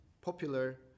popular